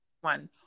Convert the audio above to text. one